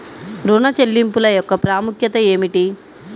ఋణ చెల్లింపుల యొక్క ప్రాముఖ్యత ఏమిటీ?